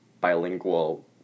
bilingual